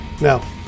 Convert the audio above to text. Now